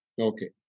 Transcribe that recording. Okay